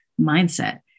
mindset